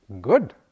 good